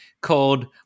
called